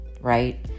right